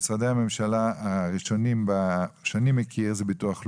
המשרד שאני מכיר בנושא זה ביטוח לאומי.